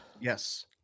Yes